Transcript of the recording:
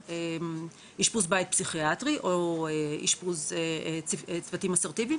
אשפוז בית פסיכיאטרי או אשפוז צוותים אסרטיביים